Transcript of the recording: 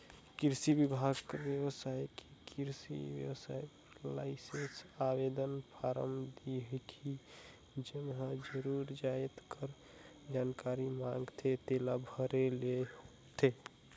किरसी बिभाग कर बेबसाइट में किरसी बेवसाय बर लाइसेंस आवेदन फारम दिखही जेम्हां जउन जाएत कर जानकारी मांगथे तेला भरे ले होथे